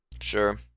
Sure